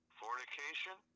fornication